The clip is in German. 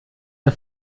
der